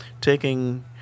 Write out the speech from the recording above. taking